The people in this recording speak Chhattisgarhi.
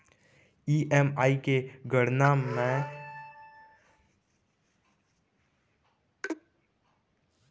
ई.एम.आई के गड़ना मैं हा खुद से कइसे कर सकत हव?